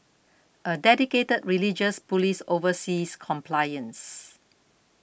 a dedicated religious police oversees compliance